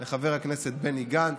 לחבר הכנסת בני גנץ,